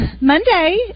Monday